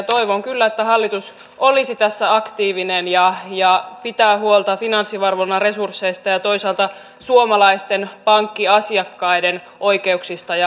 toivon kyllä että hallitus olisi tässä aktiivinen ja pitäisi huolta finanssivalvonnan resursseista ja toisaalta suomalaisten pankkiasiakkaiden oikeuksista ja asemasta